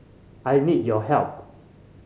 I need your help